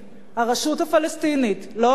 הרשות הפלסטינית, לא ה"חמאס".